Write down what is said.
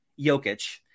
Jokic